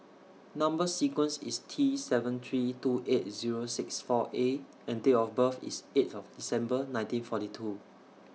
Number sequence IS T seven three two eight Zero six four A and Date of birth IS eighth December nineteen forty two